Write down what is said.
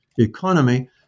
economy